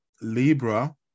Libra